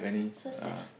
so sad ah